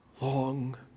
long